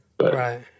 Right